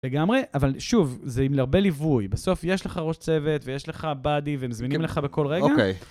לגמרי, אבל שוב, זה עם הרבה ליווי, בסוף יש לך ראש צוות ויש לך באדי ומזמינים לך בכל רגע. אוקיי.